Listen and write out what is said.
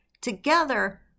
Together